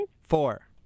Four